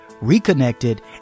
reconnected